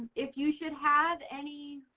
if you should have any,